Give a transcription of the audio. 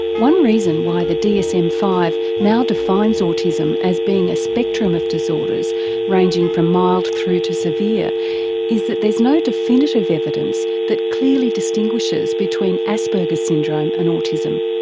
one reason why the dsm v now defines autism as being a spectrum of disorders ranging from mild through to severe is that there's no definitive evidence that clearly distinguishes between asperger's syndrome and autism.